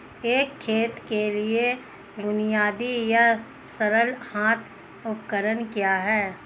एक खेत के लिए बुनियादी या सरल हाथ उपकरण क्या हैं?